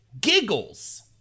giggles